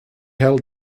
held